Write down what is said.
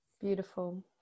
Beautiful